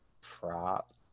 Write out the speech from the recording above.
prop